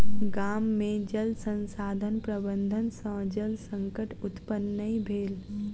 गाम में जल संसाधन प्रबंधन सॅ जल संकट उत्पन्न नै भेल